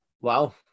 Wow